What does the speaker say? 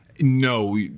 no